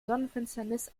sonnenfinsternis